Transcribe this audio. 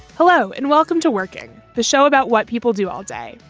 hello and welcome to working the show about what people do all day.